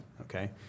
okay